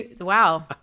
Wow